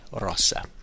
rossa